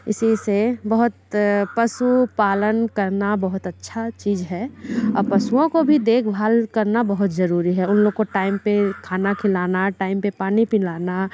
इसी से बहुत पशु पालन करना बहुत अच्छा चीज़ है पशुओं को भी देखभाल करना बहुत ज़रूरी है उन लोग को टाइम पर खाना खिलाना टाइम पर पानी पिलाना